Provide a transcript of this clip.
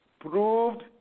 proved